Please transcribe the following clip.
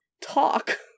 talk